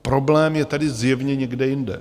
Problém je tedy zjevně někde jinde.